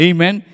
Amen